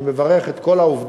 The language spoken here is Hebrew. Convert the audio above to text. אני מברך את כל העובדים,